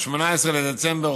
ב-18 בדצמבר,